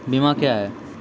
बीमा क्या हैं?